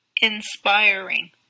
inspiring